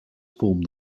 formed